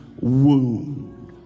wound